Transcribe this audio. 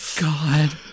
God